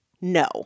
no